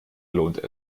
lohnt